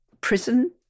prison